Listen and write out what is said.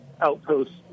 outposts